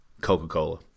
Coca-Cola